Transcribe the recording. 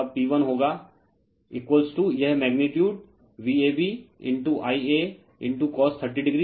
तब P1 होगा यह मैग्नीटीयूड VabIacos30ooहै